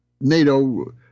NATO